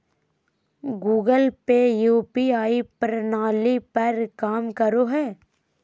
Google Pay UPI प्रणाली पर काम करो हय